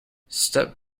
step